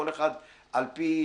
כל אחד על פי